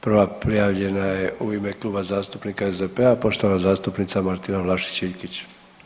Prva prijavljena je u ime Kluba zastupnika SDP-a poštovana zastupnica Martina Vlašić Iljkić.